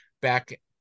back